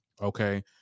okay